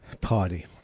Party